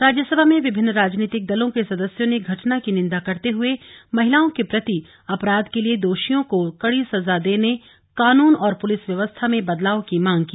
राज्यसभा में विभिन्न राजनीतिक दलों के सदस्यों ने घटना की निन्दा करते हुए महिलाओं के प्रति अपराध के लिए दोषियों को कड़ी सजा देने कानून और पुलिस व्यवस्था में बदलाव की मांग की